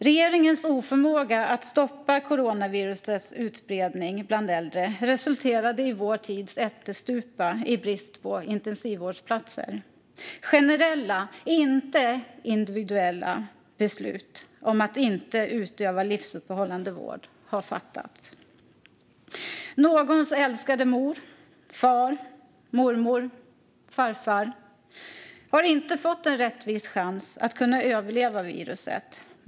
Regeringens oförmåga att stoppa coronavirusets utbredning bland äldre resulterade i vår tids ättestupa i brist på intensivvårdsplatser. Generella, inte individuella, beslut om att inte ge livsuppehållande vård har fattats. Någons älskade mor, far, mormor eller farfar har inte fått en rättvis chans att överleva viruset.